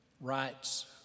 Rights